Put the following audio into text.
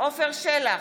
עפר שלח,